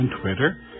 Twitter